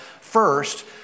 first